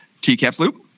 TCAPSLOOP